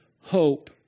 hope